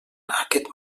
aquest